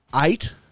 Eight